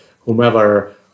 whomever